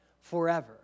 forever